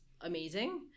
amazing